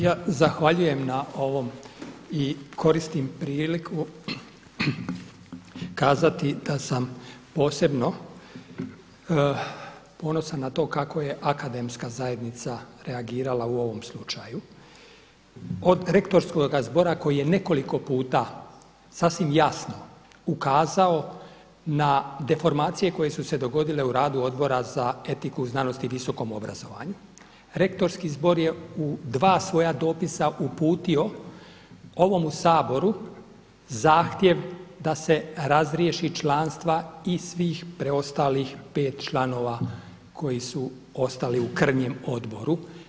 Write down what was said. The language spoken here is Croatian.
Ja vam zahvaljujem na ovom i koristim priliku kazati da sam posebno ponosan na to kako je Akademska zajednica reagirala u ovom slučaju od Rektorskoga zbora koji je nekoliko puta sasvim jasno ukazao na deformacije koje su se dogodile u radu Odbora za etiku znanost i visokom obrazovanju, Rektorski zbor je u 2 svoja dopisa uputio ovom Saboru zahtjev da se razriješi članstva i svih preostalih 5 članova koji su ostali u krnjem odboru.